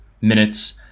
minutes